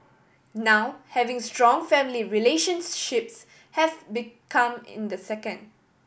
now having strong family relationships have be come in the second